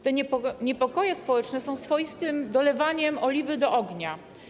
Te niepokoje społeczne są swoistym dolewaniem oliwy do ognia.